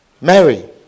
Mary